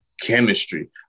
chemistry